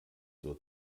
wird